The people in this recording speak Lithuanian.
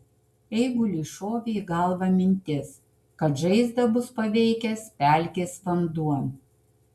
eiguliui šovė į galvą mintis kad žaizdą bus paveikęs pelkės vanduo